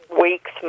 weeks